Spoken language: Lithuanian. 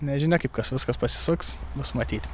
nežinia kaip kas viskas pasisuks bus matyti